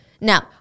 Now